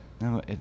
No